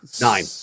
nine